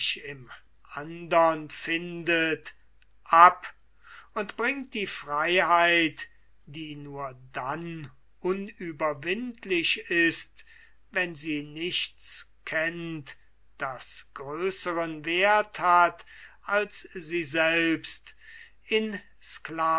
im andern findet ab und bringt die freiheit die nur dann unüberwindlich ist wenn sie nichts kennt das größeren werth hat als sie selbst in